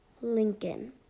Lincoln